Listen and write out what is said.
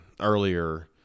earlier